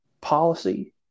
policy